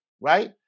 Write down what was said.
right